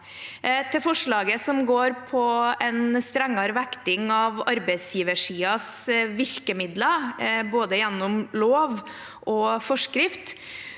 Til forslaget som går på en strengere vekting av arbeidsgiversiden som virkemidler, både gjennom lov og forskrift: